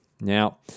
Now